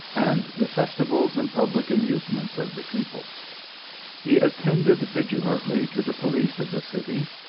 and the festivals and public amusements of the people he attended vigilantly to the police of the city,